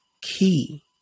key